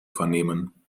vernehmen